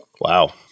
Wow